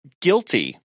guilty